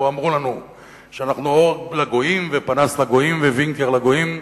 שבו אמרו לנו שאנחנו אור לגויים ופנס לגויים ווינקר לגויים,